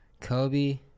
Kobe